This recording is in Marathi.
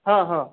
हा हा